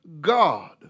God